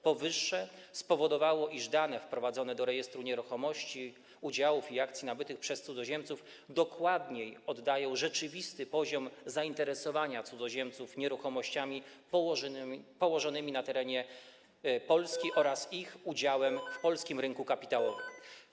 Powyższe spowodowało, iż dane wprowadzane do rejestru nieruchomości, udziałów i akcji nabytych przez cudzoziemców dokładniej oddają rzeczywisty poziom zainteresowania cudzoziemców nieruchomościami położonymi na terenie Polski oraz ich udziałem w polskim rynku kapitałowym.